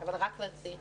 אבל רק לצעירים.